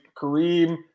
Kareem